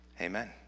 Amen